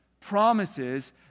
promises